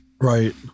Right